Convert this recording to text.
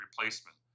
replacement